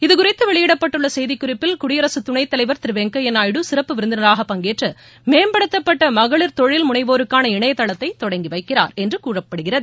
இது குறித்து வெளியிடப்பட்டுள்ள செய்தி குறிப்பில் குடியரகத் துணைத் தலைவர் திரு வெங்கையா நாயுடு சிறப்பு விருந்தினராக பங்கேற்று மேம்படுத்தப்பட்ட மகளிர் தொழில் முனைவோருக்கான இணையதளத்தை தொடங்கி வைக்கிறார் என்று கூறப்பட்டுள்ளது